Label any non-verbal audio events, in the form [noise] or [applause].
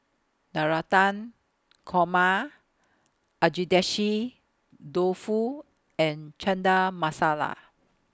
Navratan Korma Agedashi Dofu and [unintelligible] Masala